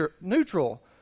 neutral